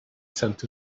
scent